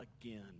again